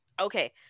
Okay